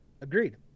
Agreed